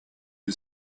you